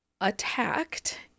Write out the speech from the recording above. attacked